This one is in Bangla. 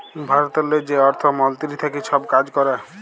ভারতেরলে যে অর্থ মলতিরি থ্যাকে ছব কাজ ক্যরে